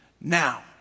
Now